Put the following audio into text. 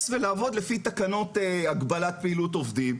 ולעבוד לפי תקנות הגבלת פעילות עובדים,